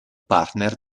partner